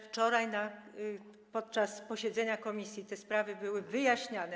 Wczoraj podczas posiedzenia komisji te sprawy były wyjaśniane.